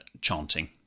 chanting